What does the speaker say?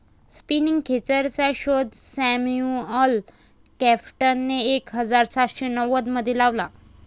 spinning खेचरचा शोध Samuel क्रॉम्प्टनने एक हजार सातशे नव्वदमध्ये लावला